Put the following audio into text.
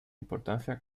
importancia